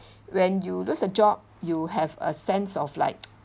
when you lose a job you have a sense of like